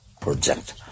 Project